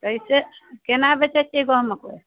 कैसे केना बेचै छियै गहूँम मक्कइ